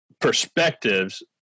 perspectives